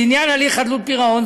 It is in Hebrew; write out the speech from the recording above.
לעניין הליך חדלות פירעון